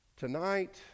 Tonight